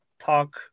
talk